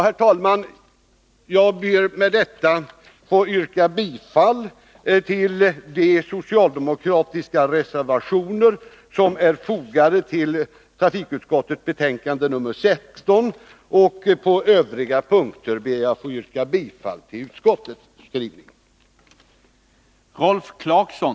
Herr talman! Jag ber med detta att få yrka bifall till de socialdemokratiska reservationer som är fogade till trafikutskottets betänkande nr 16. På övriga punkter ber jag att få yrka bifall till utskottets hemställan.